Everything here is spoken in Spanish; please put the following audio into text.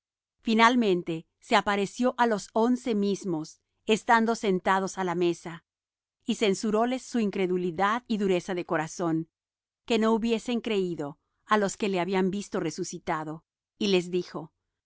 finalmente se apareció á los once mismos estando sentados á la mesa y censuróles su incredulidad y dureza de corazón que no hubiesen creído á los que le habían visto resucitado y les dijo